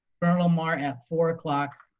corona mar at four o'clock,